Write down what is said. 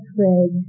Craig